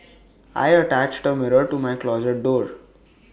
I attached the mirror to my closet door